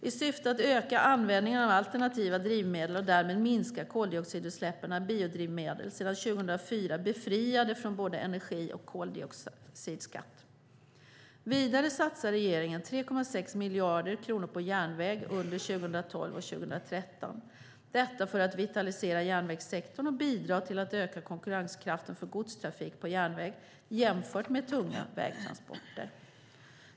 I syfte att öka användningen av alternativa drivmedel och därmed minska koldioxidutsläppen är biodrivmedel sedan 2004 befriade från både energi och koldioxidskatt. Vidare satsar regeringen 3,6 miljarder kronor på järnväg under 2012 och 2013 - detta för att vitalisera järnvägssektorn och bidra till att öka konkurrenskraften för godstrafik på järnväg jämfört med tunga vägtransporter.